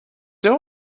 you